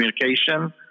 communication